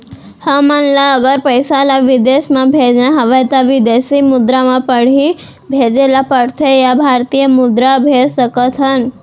हमन ला अगर पइसा ला विदेश म भेजना हवय त विदेशी मुद्रा म पड़ही भेजे ला पड़थे या भारतीय मुद्रा भेज सकथन का?